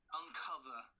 uncover